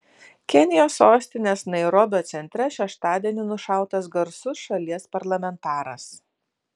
kenijos sostinės nairobio centre šeštadienį nušautas garsus šalies parlamentaras